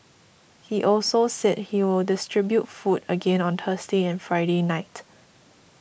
he also said he will distribute food again on Thursday and Friday night